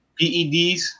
PEDs